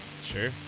Sure